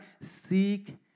Seek